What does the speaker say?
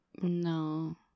no